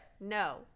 No